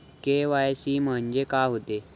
KYC म्हंनजे का होते?